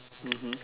mmhmm